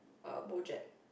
uh bojack